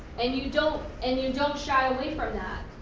and you don't and you don't shy away from that,